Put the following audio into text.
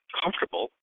comfortable